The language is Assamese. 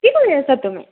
কি কৰি আছা তুমি